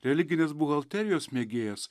religinės buhalterijos mėgėjas